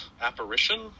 apparition